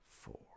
four